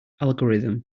algorithm